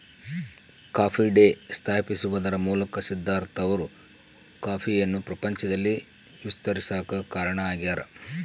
coffee day ಸ್ಥಾಪಿಸುವದರ ಮೂಲಕ ಸಿದ್ದಾರ್ಥ ಅವರು ಕಾಫಿಯನ್ನು ಪ್ರಪಂಚದಲ್ಲಿ ವಿಸ್ತರಿಸಾಕ ಕಾರಣ ಆಗ್ಯಾರ